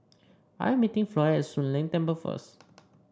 I am meeting Floy at Soon Leng Temple first